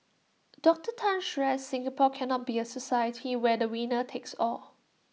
Doctor Tan stressed Singapore cannot be A society where the winner takes all